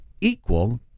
equal